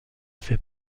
fait